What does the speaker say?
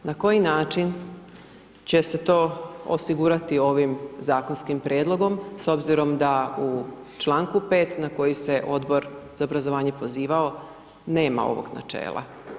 Na koji način će se to osigurati ovim zakonskim prijedlogom, s obzirom da u čl. 5. na koji se Odbor za obrazovanje pozivao nema ovog načela.